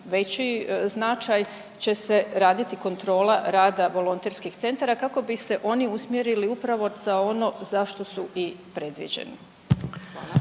veći značaj će se raditi kontrola rada volonterskih centara kako bi se oni usmjerili upravo za ono za što su i predviđeni?